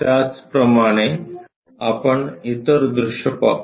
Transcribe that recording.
त्याचप्रमाणे आपण इतर दृश्य पाहू